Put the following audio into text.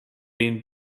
been